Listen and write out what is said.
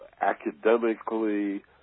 academically